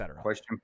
Question